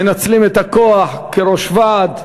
מנצלים את הכוח כראש ועד,